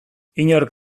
inork